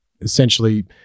essentially